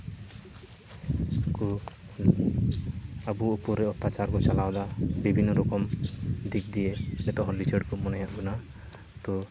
ᱠᱩ ᱟᱵᱩ ᱩᱯᱚᱨ ᱨᱮ ᱚᱛᱛᱟᱪᱟᱨ ᱠᱚ ᱪᱟᱞᱟᱣ ᱫᱟ ᱵᱤᱵᱷᱤᱱᱱᱚ ᱨᱚᱠᱚᱢ ᱫᱤᱠ ᱫᱤᱭᱮ ᱱᱤᱛᱳᱜ ᱦᱚᱸ ᱞᱤᱪᱟᱹᱲ ᱠᱚ ᱢᱚᱱᱮᱭᱮᱫ ᱵᱚᱱᱟ ᱛᱚ